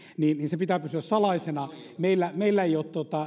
sen pitää pysyä salaisena meillä meillä ei ole